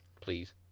Please